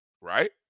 Right